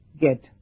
get